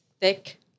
thick